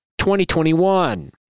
2021